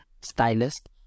stylist